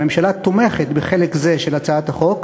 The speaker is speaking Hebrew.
הממשלה תומכת בחלק זה של הצעת החוק,